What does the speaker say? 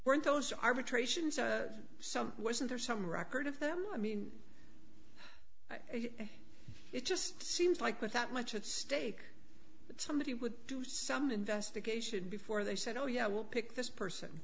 were those arbitrations some was there some record of them i mean it just seems like with that much at stake somebody would do some investigation before they said oh yeah i'll pick this person